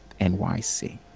NYC